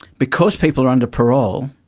because people are under parole,